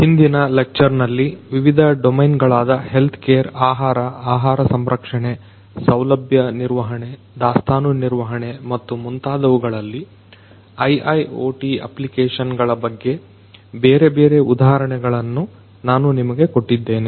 ಹಿಂದಿನ ಲೆಕ್ಚರ್ ನಲ್ಲಿ ವಿವಿಧ ಡೊಮೇನ್ ಗಳಾದ ಹೆಲ್ತ್ ಕೇರ್ ಆಹಾರ ಆಹಾರ ಸಂಸ್ಕರಣೆ ಸೌಲಭ್ಯ ನಿರ್ವಹಣೆ ದಾಸ್ತಾನು ನಿರ್ವಹಣೆ ಮತ್ತು ಮುಂತಾದವುಗಳಲ್ಲಿ IIoT ಅಪ್ಲಿಕೇಷನ್ಗಳ ಬಗ್ಗೆ ಬೇರೆ ಬೇರೆ ಉಧಾಹರಣೆಗಳನ್ನ ನಾನು ನಿಮಗೆ ಕೊಟ್ಟಿದ್ದೇನೆ